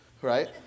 right